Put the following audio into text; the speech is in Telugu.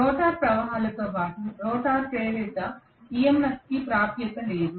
రోటర్ ప్రవాహాలతో పాటు రోటర్ ప్రేరిత EMF కి ప్రాప్యత లేదు